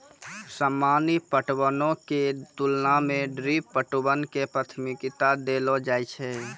सामान्य पटवनो के तुलना मे ड्रिप पटवन के प्राथमिकता देलो जाय छै